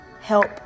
help